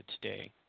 today